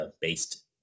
based